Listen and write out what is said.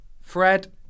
Fred